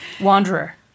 wanderer